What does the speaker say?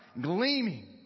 gleaming